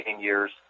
years